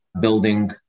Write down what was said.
building